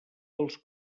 pels